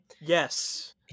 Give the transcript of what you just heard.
Yes